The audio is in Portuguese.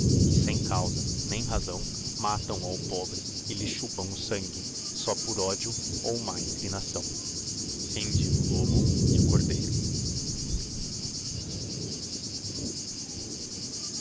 que sem causa nem razão matão ao pobre e lhe chupão o sangue só por ódio ou má inclinação fabula m o